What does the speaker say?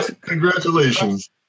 Congratulations